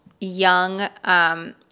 young